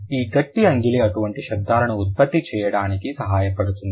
ఈ గట్టి అంగిలి అటువంటి శబ్దాలను ఉత్పత్తి చేయడానికి సహాయపడుతుంది